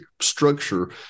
structure